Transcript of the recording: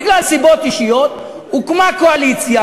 בגלל סיבות אישיות הוקמה קואליציה.